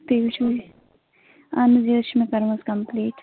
تُہۍ وُچھِو اَہَن حظ یہِ حظ چھُ مےٚ کٔرمٕژ کَمپٕلیٹ